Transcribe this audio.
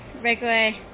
breakaway